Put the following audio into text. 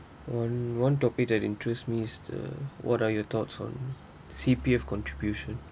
one one topic that interests me is the what are your thoughts on C_P_F contribution